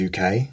UK